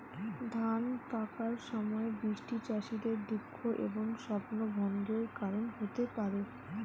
ধান পাকার সময় বৃষ্টি চাষীদের দুঃখ এবং স্বপ্নভঙ্গের কারণ হতে পারে